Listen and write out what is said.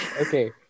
Okay